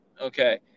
Okay